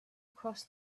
across